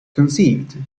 conceived